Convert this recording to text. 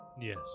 yes